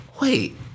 wait